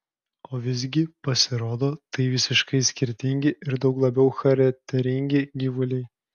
o visgi pasirodo tai visiškai skirtingi ir daug labiau charakteringi gyvuliai